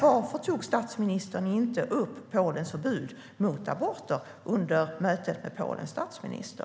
Varför tog statsministern inte upp Polens förbud mot aborter under mötet med Polens statsminister?